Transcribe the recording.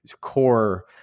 core